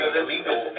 illegal